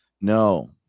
No